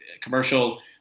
commercial